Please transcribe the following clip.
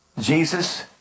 Jesus